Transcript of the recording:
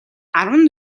арван